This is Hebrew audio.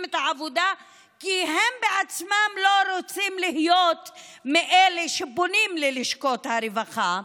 את העבודה כי הם בעצמם לא רוצים להיות מאלה שפונים ללשכות הרווחה.